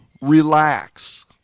Relax